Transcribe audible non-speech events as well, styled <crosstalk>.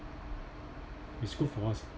it's good for us <laughs>